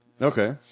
Okay